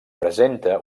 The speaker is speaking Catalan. presenta